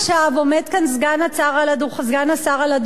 עומד כאן סגן השר על הדוכן,